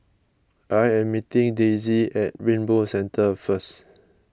I am meeting Daisie at Rainbow Centre first